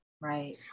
Right